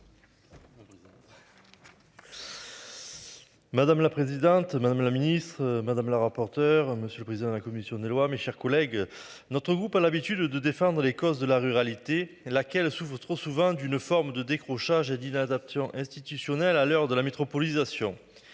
Madame la présidente, madame la Ministre, madame la rapporteure. Monsieur le président de la commission des lois, mes chers collègues. Notre groupe a l'habitude de défendre les causes de la ruralité, laquelle ouvrent trop souvent d'une forme de décrochage d'inadaptation institutionnels à l'heure de la métropolisation.